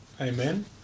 Amen